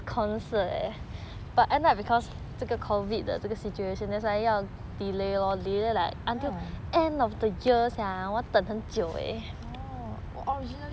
orh originally